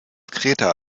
kreta